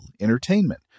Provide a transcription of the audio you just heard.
entertainment